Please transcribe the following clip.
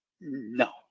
No